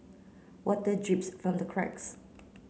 water drips from the cracks